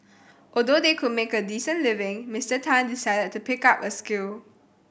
although they could make a decent living Mister Tan decided to pick up a skill